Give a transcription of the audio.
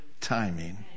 timing